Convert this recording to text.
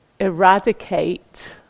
eradicate